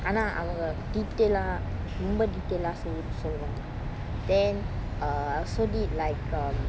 ஆனா அவங்க:aana avanga detail ah ரொம்ப:romba detail ah செய்ய சொல்லுவாங்க:seyya solluvanga then uh I also did like um